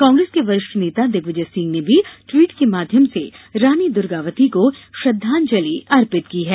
कांग्रेस के वरिष्ठ नेता दिग्विजय सिंह ने भी ट्वीट के माध्यम से रानी दुर्गावती को श्रद्वांजलि अर्पित की है